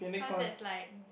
cause that's like